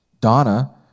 Donna